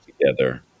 together